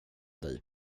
dig